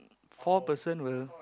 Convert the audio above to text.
four person will